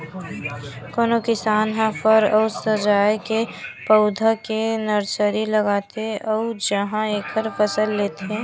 कोनो किसान ह फर अउ सजाए के पउधा के नरसरी लगाथे अउ उहां एखर फसल लेथे